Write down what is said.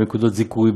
בנקודות זיכוי,